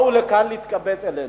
באו לכאן, להתקבץ אתנו.